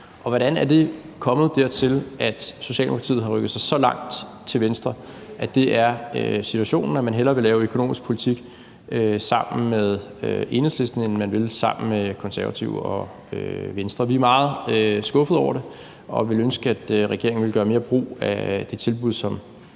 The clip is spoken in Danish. os. Hvordan er det kommet dertil, at Socialdemokratiet er rykket så langt til venstre, at det er situationen, at man hellere vil lave økonomisk politik sammen med Enhedslisten, end man vil sammen med De Konservative og Venstre? Vi er meget skuffede over det, og vi ville ønske, at regeringen vil gøre mere brug af det tilbud, som